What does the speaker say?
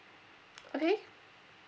okay